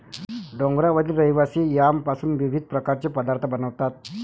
डोंगरावरील रहिवासी यामपासून विविध प्रकारचे पदार्थ बनवतात